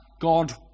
God